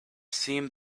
seemed